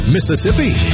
Mississippi